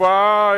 תופעה